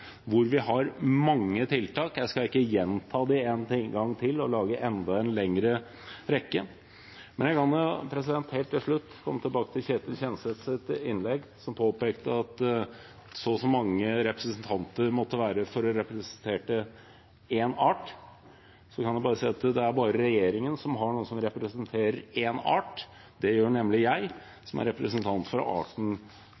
hvor vi har mange tiltak. Jeg skal ikke gjenta dem en gang til og lage en enda lengre rekke, men jeg kan jo helt til slutt komme tilbake til Ketil Kjenseths innlegg, der han påpekte at det måtte være så og så mange representanter for å representere én art. Da kan jeg si at det bare er regjeringen som har noen som representerer én art. Det gjør nemlig